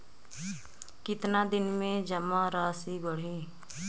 कितना दिन में जमा राशि बढ़ी?